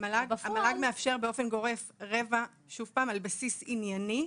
המל"ג מאפשר באופן גורף רבע על בסיס ענייני,